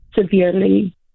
severely